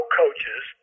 coaches